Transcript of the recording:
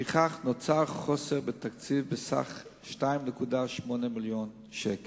ולפיכך נוצר חוסר בתקציב בסך 2.8 מיליוני שקלים.